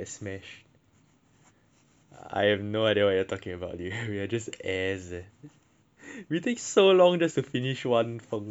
I've no idea what you are talking about dude we are just as bad we take so long just to finish one 风：feng leh